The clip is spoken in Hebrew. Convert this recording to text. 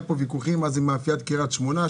כולם זוכרים את הוויכוחים שהיו פה על מאפיית קריית שמונה.